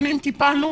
שנים טיפלנו